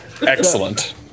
Excellent